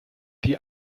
die